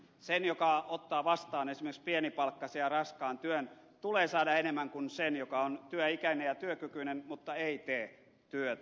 sen joka ottaa vastaan esimerkiksi pienipalkkaisen ja raskaan työn tulee saada enemmän kuin sen joka on työikäinen ja työkykyinen mutta ei tee työtä